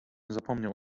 zapomniał